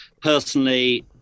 personally